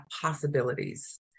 possibilities